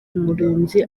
umurinzi